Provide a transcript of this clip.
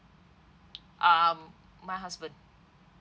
um my husband